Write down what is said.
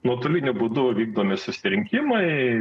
nuotoliniu būdu vykdomi susirinkimai